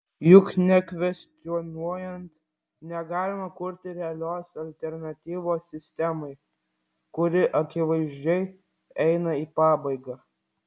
juk nekvestionuojant negalima kurti realios alternatyvos sistemai kuri akivaizdžiai eina į pabaigą